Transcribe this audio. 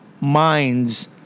minds